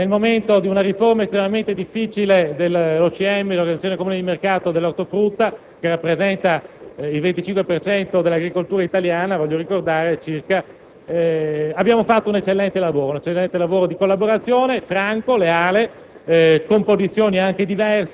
che in questa occasione, nel momento di una riforma estremamente difficile dell'Organizzazione comune di mercato dell'ortofrutta, che rappresenta il 25 per cento dell'agricoltura italiana circa, abbiamo fatto un lavoro eccellente di collaborazione, franco, leale,